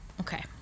Okay